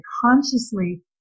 consciously